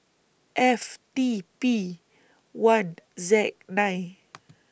F T P one Z nine